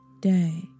day